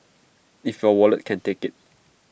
if your wallet can take IT